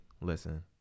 listen